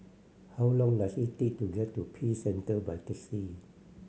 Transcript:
how long does it take to get to Peace Centre by taxi